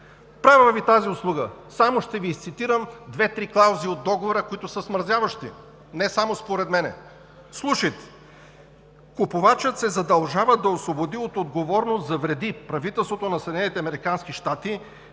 Правя Ви тази услуга – само ще Ви цитирам две-три клаузи от договора, които са смразяващи не само според мен. Слушайте: „Купувачът се задължава да освободи от отговорност за вреди правителството на